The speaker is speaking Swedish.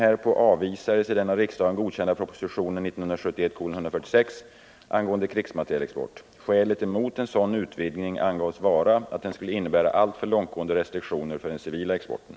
Är det statsrådets uppfattning att försäljning till Libyen av fjärrstyrningssystem för motorbåtar står i överensstämmelse med den svenska krigsmaterielförordningen?